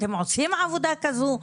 אתם עושים עבודה כזו?